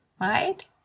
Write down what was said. right